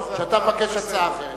כשאתה מבקש הצעה אחרת.